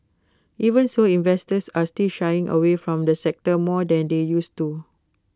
even so investors are still shying away from the sector more than they used to